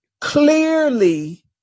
clearly